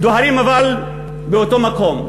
דוהרים אבל באותו מקום.